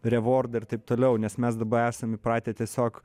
revordą ir taip toliau nes mes dabar esam įpratę tiesiog